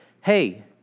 hey